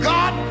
God